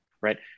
right